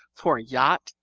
for a yacht,